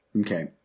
Okay